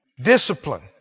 Discipline